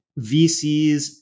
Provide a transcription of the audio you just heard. VCs